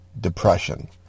Depression